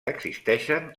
existeixen